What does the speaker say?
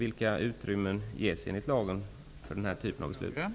Vilka utrymmen ges i lagen för den här typen av beslut?